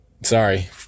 sorry